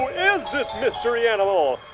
who is this mystery animal?